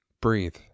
breathe